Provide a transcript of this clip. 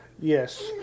Yes